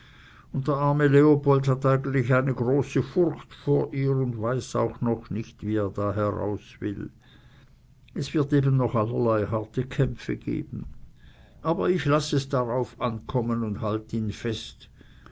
der arme leopold hat eigentlich eine große furcht vor ihr und weiß auch noch nicht wie er da heraus will es wird eben noch allerlei harte kämpfe geben aber ich laß es darauf ankommen und halt ihn fest